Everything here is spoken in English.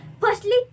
Firstly